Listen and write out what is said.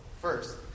first